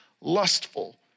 lustful